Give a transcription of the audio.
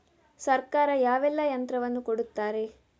ಸರ್ಕಾರ ಯಾವೆಲ್ಲಾ ಯಂತ್ರವನ್ನು ಕೊಡುತ್ತಾರೆ?